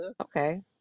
Okay